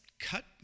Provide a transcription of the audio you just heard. Cut